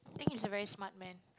think he's a very smart man